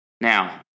Now